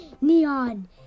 neon